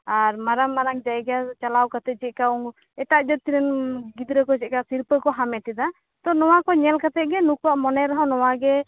ᱟᱨ ᱢᱟᱨᱟᱝ ᱢᱟᱨᱟᱝ ᱡᱟᱭᱜᱟ ᱪᱟᱞᱟᱣ ᱠᱟᱛᱮ ᱪᱮᱫᱠᱟ ᱮᱴᱟᱜ ᱡᱟ ᱛᱤᱨᱤᱱ ᱜᱤᱫᱽᱨᱟ ᱠᱚ ᱪᱮᱫᱞᱮᱠᱟ ᱥᱤᱨᱯᱟ ᱠᱚ ᱦᱟᱢᱮᱴᱮᱫᱟ ᱛᱚ ᱱᱚᱶᱟᱠᱚ ᱧᱮᱞ ᱠᱟᱛᱮᱫ ᱜᱮ ᱱᱩᱠᱩᱣᱟᱜ ᱢᱚᱱᱮ ᱨᱮᱦᱚᱸ ᱱᱚᱶᱟ ᱜᱮ